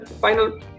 final